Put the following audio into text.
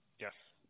Yes